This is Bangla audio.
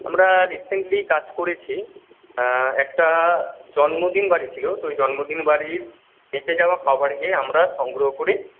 আমরা রিসেন্টলি কাজ করেছি একটা জন্মদিন বাড়ি ছিল তো ওই জন্মদিন বাড়ির বেঁচে যাওয়া খাবার গিয়ে আমরা সংগ্রহ করে